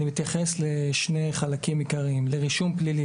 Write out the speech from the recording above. אני מתייחס לשני חלקים עיקריים: לרישום פלילי,